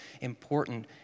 important